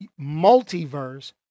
multiverse